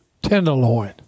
Tenderloin